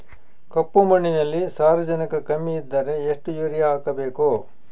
ಕಪ್ಪು ಮಣ್ಣಿನಲ್ಲಿ ಸಾರಜನಕ ಕಮ್ಮಿ ಇದ್ದರೆ ಎಷ್ಟು ಯೂರಿಯಾ ಹಾಕಬೇಕು?